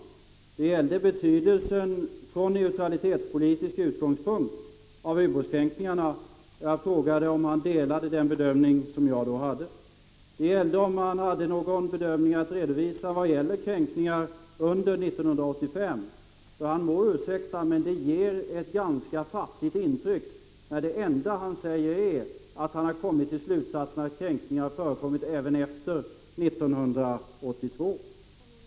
Det gällde betydelsen av ubåtskränkningarna från neutralitetspolitiska utgångspunkter. Jag frågade om han delade den bedömning jag har. Det gällde om försvarsministern ville redovisa någon bedömning av kränkningarna under 1985. Försvarsministern må ursäkta, men det ger ett ganska fattigt intryck när det enda han säger är att han kommit till slutsatsen att kränkningar har förekommit även efter 1982.